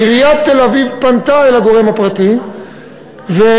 עיריית תל-אביב פנתה אל הגורם הפרטי וביקשה